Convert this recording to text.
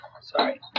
Sorry